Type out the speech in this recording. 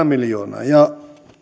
miljoonaa ja